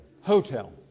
Hotel